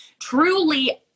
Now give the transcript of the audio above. truly